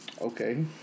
Okay